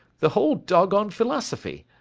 the whole doggone philosophy.